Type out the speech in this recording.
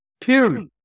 period